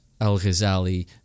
al-Ghazali